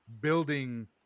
building